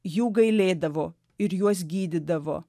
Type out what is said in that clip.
jų gailėdavo ir juos gydydavo